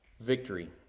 victory